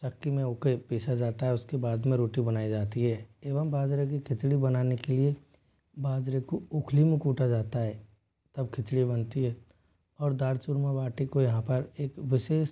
चक्की में उस को एक पीसा जाता है उस के बाद में रोटी बनाई जाती है एवं बाजरे की खिचड़ी बनाने के लिए बाजरे को ओखली में कूटा जाता है तब खिचड़ी बनती है और दाल चूरमा बाटी को यहाँ पर एक विशेष